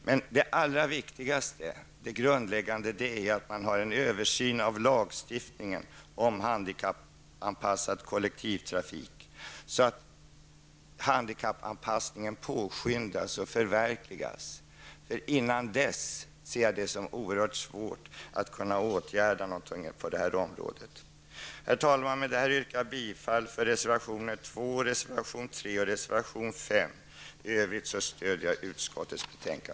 Men det allra viktigaste, det grundläggande, är att man gör en översyn av lagstiftningen om handikappanpassad kollektivtrafik, så att handikappanpassningen påskyndas och förverkligas. Innan dess ser jag det som oerhört svårt att kunna åtgärda något på det här området. Herr talman! Med detta yrkar jag bifall till reservationerna 2, 3 och 5. I övrigt stöder jag utskottets hemställan.